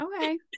okay